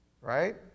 right